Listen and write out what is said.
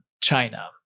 China